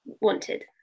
wanted